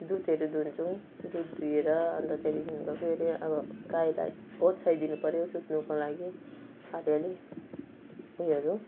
दुधहेरू दुहुन्छौँ दुध दुहेर अन्त त्यहाँदेखि फेरि अब गाईलाई ओछ्याई दिनु पऱ्यो सुत्नुको लागि अलि अलि उयोहरू